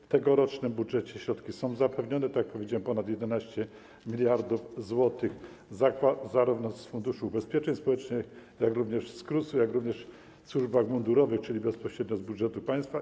W tegorocznym budżecie środki są zapewnione, tak jak powiedziałem, ponad 11 mld zł zarówno z Funduszu Ubezpieczeń Społecznych, jak i z KRUS-u, jak również w służbach mundurowych, czyli bezpośrednio z budżetu państwa.